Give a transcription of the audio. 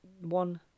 one